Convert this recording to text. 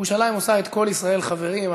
ירושלים עושה את כל ישראל חברים.